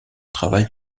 travail